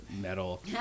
metal